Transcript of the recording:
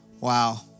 Wow